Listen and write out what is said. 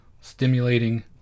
stimulating